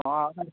ആ